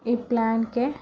ఈ ప్లాన్కు